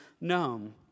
known